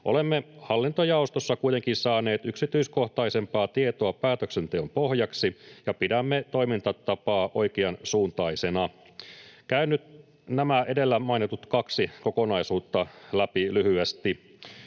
Olemme hallintojaostossa kuitenkin saaneet yksityiskohtaisempaa tietoa päätöksenteon pohjaksi ja pidämme toimintatapaa oikeansuuntaisena. Käyn nyt nämä edellä mainitut kaksi kokonaisuutta läpi lyhyesti.